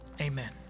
Amen